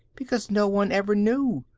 because no one ever knew.